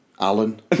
Alan